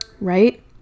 right